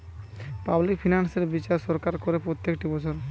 public finance এর বিচার সরকার করে প্রত্যেকটি বছর